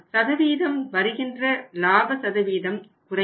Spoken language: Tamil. ஆனால் சதவீதம் வருகின்ற லாப சதவீதம் குறையும்